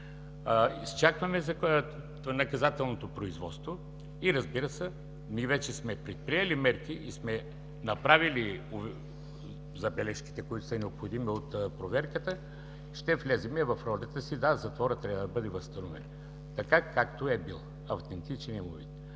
Изчакваме наказателното производство и, разбира се, вече сме предприели мерки и сме направили забележките, които са необходими от проверката. Ще влезем в ролята си. Да, затворът трябва да бъде възстановен така, както е бил – в автентичния му вид.